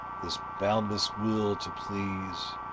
this boundless will to please,